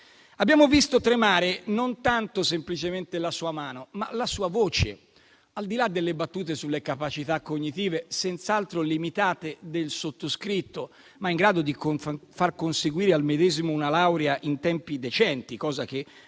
abbiamo visto tremare non tanto semplicemente la sua mano, ma la sua voce. Al di là delle battute sulle capacità cognitive, senz'altro limitate del sottoscritto, ma in grado di far conseguire al medesimo una laurea in tempi decenti, cosa che